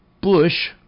bush